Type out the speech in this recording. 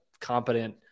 competent